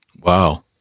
Wow